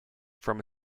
from